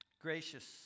Gracious